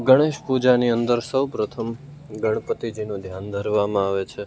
ગણેશ પૂજાની અંદર સૌપ્રથમ ગણપતિજીનું ધ્યાન ધરવામાં આવે છે